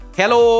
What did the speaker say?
hello